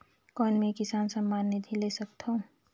कौन मै किसान सम्मान निधि ले सकथौं?